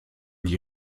die